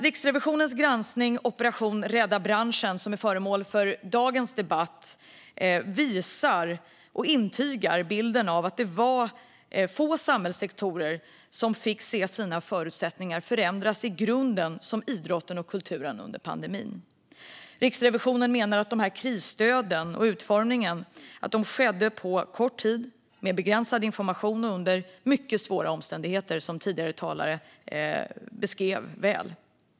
Riksrevisionens granskning Operation Rädda branschen - statens krisstöd till kultur och idrott under coronapandemi n , som är föremål för dagens debatt, intygar bilden av att det var få samhällssektorer som under pandemin fick se sina förutsättningar förändras så i grunden som idrotten och kulturen. Riksrevisionen menar att utformningen av krisstöden skedde på kort tid, med begränsad information och under mycket svåra omständigheter, vilket tidigare talare har beskrivit väl.